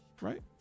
right